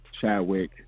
Chadwick